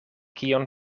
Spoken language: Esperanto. kion